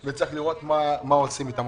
וצריך לראות מה עושים איתם.